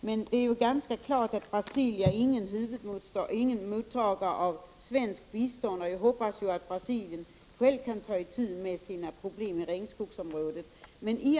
Men Brasilien är ingen mottagare av svenskt bistånd. Jag hoppas att Brasilien självt kan ta itu med sina problem i regnskogsområdet.